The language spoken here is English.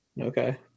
Okay